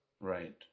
Right